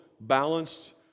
balanced